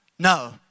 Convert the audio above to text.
No